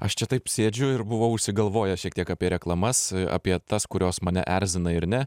aš čia taip sėdžiu ir buvau užsigalvojęs šiek tiek apie reklamas apie tas kurios mane erzina ir ne